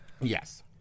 Yes